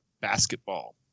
basketball